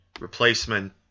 replacement